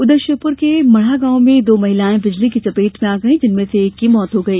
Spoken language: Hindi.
उधर श्योप्र के मढ़ा गांव में दो महिलाएं बिजली की चपेट में आ गई जिसमें से एक की मृत्यु हो गई